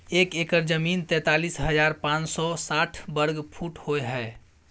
एक एकड़ जमीन तैंतालीस हजार पांच सौ साठ वर्ग फुट होय हय